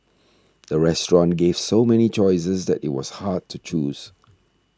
the restaurant gave so many choices that it was hard to choose